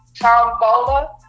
tombola